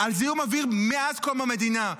על זיהום אוויר מאז קום המדינה,